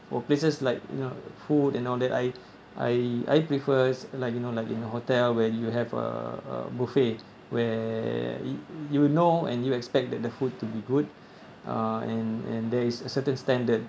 for places like you know food and all that I I I prefer like you know like in a hotel where you have a buffet where you know and you expect that the food to be good uh and and there is a certain standard